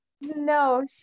No